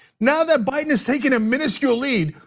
now that biden is taking a minuscule lead,